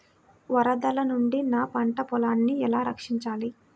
వరదల నుండి నా పంట పొలాలని ఎలా రక్షించాలి?